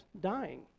dying